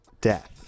death